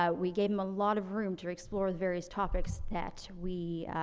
um we gave them a lot of room to explore the various topics that we,